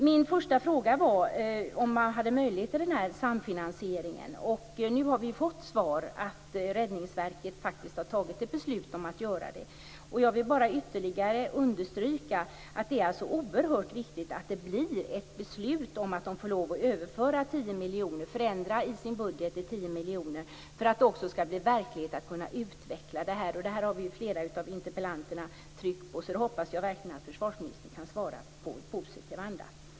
Min första fråga gällde om man hade möjlighet till den här samfinansieringen. Nu har vi fått svaret att Räddningsverket faktiskt har fattat ett beslut om att göra det här. Jag vill bara ytterligare understryka att det är oerhört viktigt att det blir ett beslut om att Räddningsverket får lov att överföra 10 miljoner, förändra i sin budget avseende 10 miljoner, så att det blir verklighet att man utvecklar det här. Detta har ju flera av interpellanterna tryckt på, så jag hoppas verkligen att försvarsministern kan svara på detta i positiv anda.